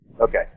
Okay